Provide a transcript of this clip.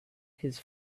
his